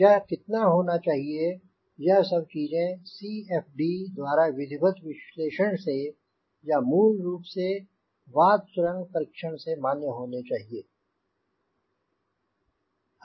यह कितना होना चाहिए यह सभी चीजें CFD द्वारा विधिवत विश्लेषण से या मूल रूप से वात सुरंग परीक्षण से मान्य होनी चाहिए